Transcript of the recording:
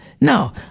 no